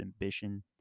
ambition